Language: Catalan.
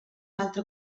altre